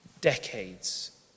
Decades